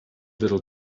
little